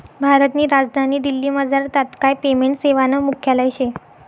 भारतनी राजधानी दिल्लीमझार तात्काय पेमेंट सेवानं मुख्यालय शे